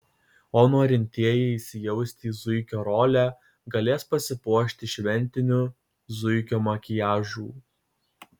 o norintieji įsijausti į zuikio rolę galės pasipuošti šventiniu zuikio makiažu